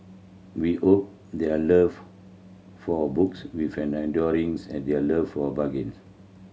we hope their love for books with an enduring as their love for bargains